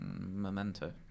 Memento